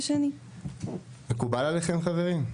מקובל עליכם חברים?